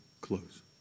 close